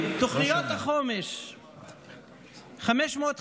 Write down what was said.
תוכניות החומש 550,